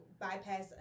bypass